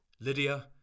Lydia